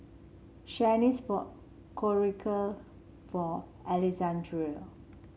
Shanice bought Korokke for Alexandrea